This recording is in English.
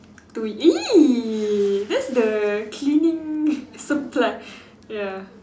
to !ee! that's the cleaning supply ya